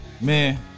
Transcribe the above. Man